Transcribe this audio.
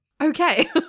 Okay